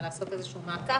זה הרי לעשות איזה שהוא מעקף,